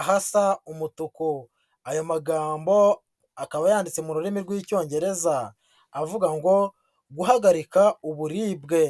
ahasa umutuku, aya magambo akaba yanditse mu rurimi rw'Icyongereza avuga ngo guhagarika uburibwe.